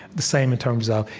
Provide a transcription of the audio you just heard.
the same, in terms of,